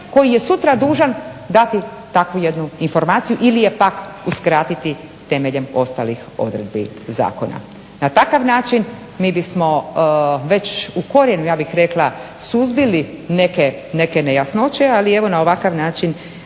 koji je sutra dužan dati takvu jednu informaciju ili je pak uskratiti temeljem ostalih odredbi zakona. Na takav način mi bismo već u korijenu ja bih rekla suzbili neke nejasnoće, ali evo na ovakav način